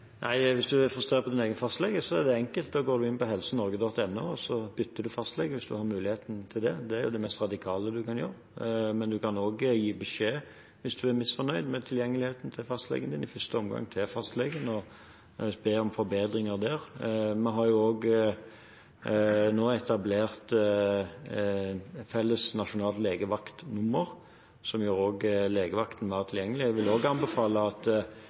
er det enkelt: Da går du inn på helsenorge.no og bytter fastlege hvis du har mulighet til det. Det er det mest radikale du kan gjøre. Men du kan også gi beskjed hvis du er misfornøyd med tilgjengeligheten til fastlegen din, i første omgang til fastlegen og be om forbedringer der. Vi har nå også etablert et felles nasjonalt legevaktnummer som gjør legevakten mer tilgjengelig. Jeg vil også anbefale at